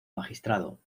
magistrado